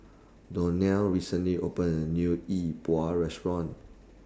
Donell recently opened A New Yi Bua Restaurant